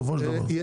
בסופו של דבר.